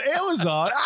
Amazon